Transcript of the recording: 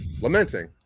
lamenting